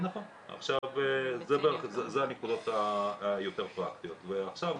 אלה הנקודות הפרקטיות יותר.